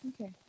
okay